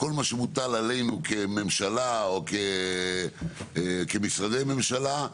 כל מה שמוטל עלינו כממשלה או כמשרדי ממשלה,